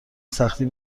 سختی